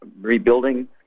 rebuilding